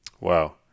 Wow